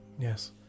yes